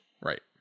Right